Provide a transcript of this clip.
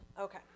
Okay